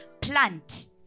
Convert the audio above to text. plant